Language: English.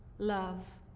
love,